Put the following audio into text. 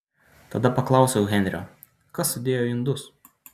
tada paklausiau henrio kas sudėjo indus